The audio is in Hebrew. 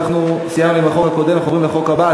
אנחנו סיימנו עם החוק הקודם ואנחנו עוברים לחוק הבא: